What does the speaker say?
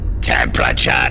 Temperature